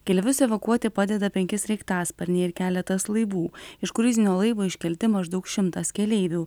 keleivius evakuoti padeda penki sraigtasparniai ir keletas laivų iš kruizinio laivo iškelti maždaug šimtas keleivių